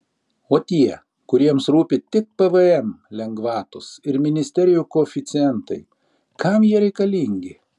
o tie kuriems rūpi tik pvm lengvatos ir ministerijų koeficientai kam jie reikalingi